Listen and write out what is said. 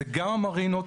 זה גם המרינות,